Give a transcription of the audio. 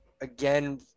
Again